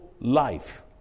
life